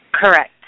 Correct